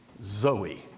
Zoe